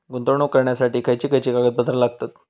गुंतवणूक करण्यासाठी खयची खयची कागदपत्रा लागतात?